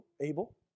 Abel